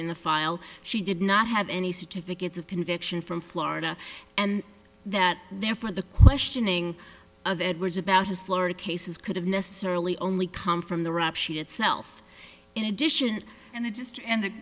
in the file she did not have any certificates of conviction from florida and that therefore the questioning of edwards about his florida cases could have necessarily only come from the rap sheet itself in addition and the district and the